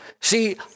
See